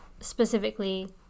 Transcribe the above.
specifically